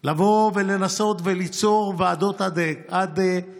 אנחנו צריכים לבוא ולנסות ליצור ועדות אד-הוק,